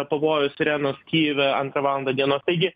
pavojaus sirenos kijeve antrą valandą dienos taigi